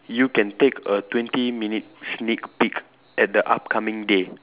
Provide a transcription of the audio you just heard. you can take a twenty minute sneak peak at the upcoming day